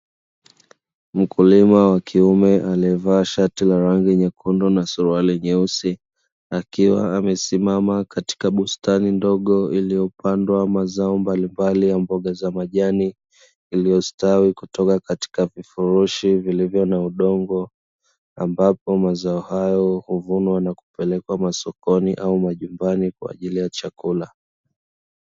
Mkulima wa kiume anayevaa shati la rangi nyekundu na suruali nyeusi, akiwa amesimama katika bustani ndogo iliyopandwa mazao mbalimbali ya mboga za majani, iliyostawi kutoka katika vifurushi vilivyo na udongo ambapo mazao hayo huvunwa na kupelekwa masokoni au majumbani kwa ajili ya chakula.